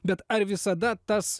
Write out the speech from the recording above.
bet ar visada tas